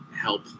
help